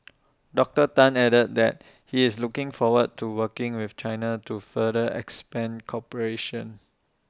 Doctor Tan added that he is looking forward to working with China to further expand cooperation